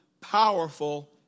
powerful